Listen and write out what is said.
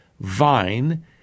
vine